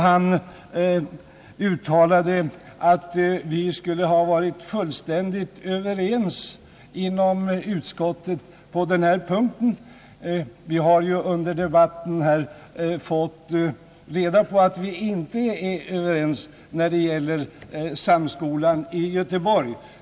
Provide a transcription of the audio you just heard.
Han uttalade nämligen att vi skulle ha varit fullständigt överens på denna punkt inom utskottet. Vi har ju under debatten fått reda på att vi inte är överens när det gäller Samskolan i Göteborg.